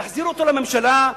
תחזירו אותו לממשלה,